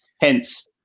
hence